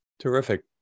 Terrific